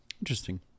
Interesting